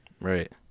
Right